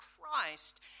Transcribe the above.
Christ